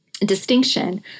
distinction